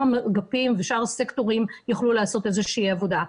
האגפים ושאר הסקטורים יוכלו לעשות איזושהי עבודה.